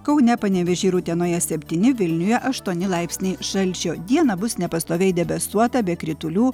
kaune panevėžyje utenoje septyni vilniuje aštuoni laipsniai šalčio dieną bus nepastoviai debesuota be kritulių